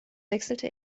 wechselte